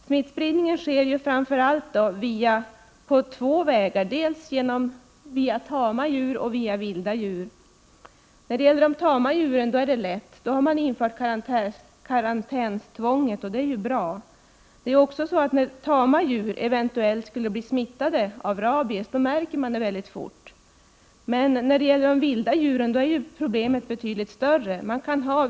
Smittspridningen sker framför allt på två vägar: via tama djur och via vilda djur. När det gäller de tama djuren är det lätt. Man har infört karantänstvång, och det är bra. Om tama djur eventuellt skulle bli smittade av rabies märker man det mycket fort. Men när det gäller de vilda djuren är problemet betydligt större.